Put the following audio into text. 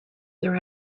their